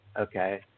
okay